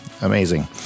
amazing